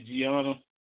Gianna